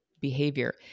behavior